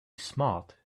smart